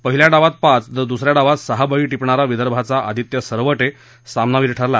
पहिल्या डावात पाच तर दुसऱ्या डावात सहा बळी शिणारा विदर्भाचा आदित्य सरवा सामनावीर ठरला